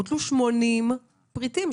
בוטלו 80 פריטים.